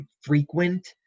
frequent